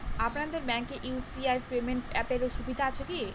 আপনাদের ব্যাঙ্কে UPI payment অ্যাপের সুবিধা আছে কি?